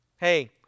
hey